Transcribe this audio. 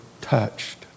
touched